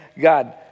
God